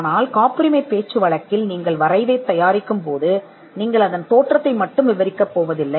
ஆனால் காப்புரிமை பேச்சுவழக்கில் நீங்கள் காப்புரிமையை உருவாக்கும்போது அது தோற்றம் என்று நீங்கள் விவரிக்கப் போவதில்லை